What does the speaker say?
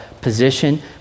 position